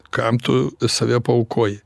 kam tu save paaukoji